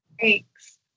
Thanks